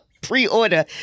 pre-order